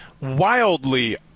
wildly